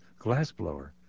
glassblower